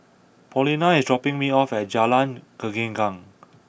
Paulina is dropping me off at Jalan Gelenggang